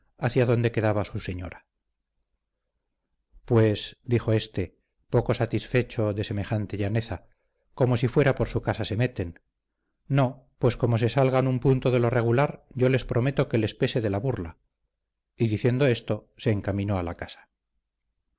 hacia donde quedaba su señora pues dijo éste poco satisfecho de semejante llaneza como si fuera por su casa se meten no pues como se salgan un punto de lo regular yo les prometo que les pese de la burla y diciendo esto se encaminó a la casa